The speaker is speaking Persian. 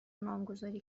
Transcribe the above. نامگذاری